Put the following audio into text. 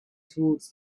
towards